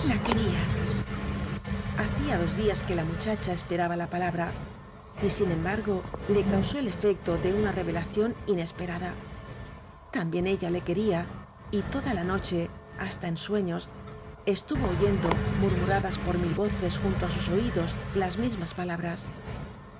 quería hacía dos días que la muchacha esperaba la palabra y sin embar go la causó el efecto de una revelación inespe rada también ella le quería y toda la noche hasta en sueños estuvo oyendo murmuradas por mil voces junto á sus oídos las mismas palabras